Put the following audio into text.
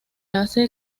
hace